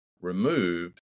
removed